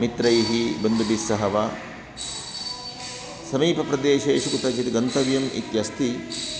मित्रैः बन्धुभिस्सह वा समीपप्रदेशेषु कुत्रचित् गन्तव्यम् इति अस्ति